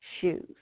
shoes